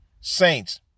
Saints